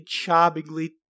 charmingly